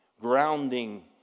grounding